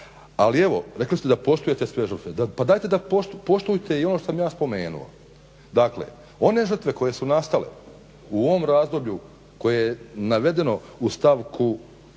Ali evo, rekli ste da poštujete sve žrtve, pa poštujte i ono što sam ja spomenuo. Dakle, one žrtve koje su nastale u ovom razdoblju koje je navedeno u članku